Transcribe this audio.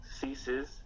ceases